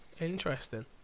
interesting